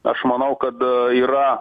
aš manau kad yra